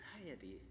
anxiety